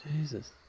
Jesus